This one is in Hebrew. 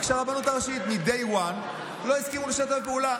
רק שהרבנות הראשית מ-day one לא הסכימה לשתף פעולה,